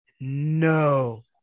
no